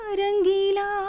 Rangila